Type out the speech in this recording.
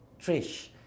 Trish